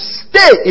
stay